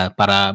para